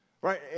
Right